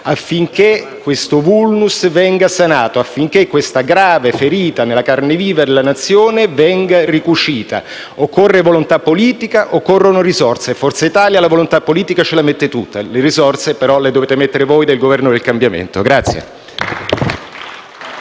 affinché questo *vulnus* venga sanato, affinché questa grave ferita nella carne viva della Nazione venga ricucita. Occorre volontà politica, occorrono risorse. Forza Italia la volontà politica ce la mette tutta; le risorse, però, dovete metterle voi del Governo del cambiamento.